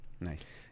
Nice